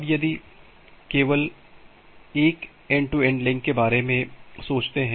अब यदि आप केवल एक एंड टू एंड लिंक के बारे में सोचते हैं